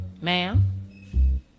Ma'am